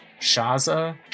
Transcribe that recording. Shaza